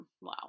wow